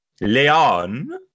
Leon